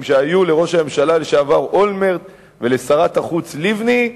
שהיו לראש הממשלה לשעבר אולמרט ולשרת החוץ לבני,